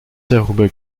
darüber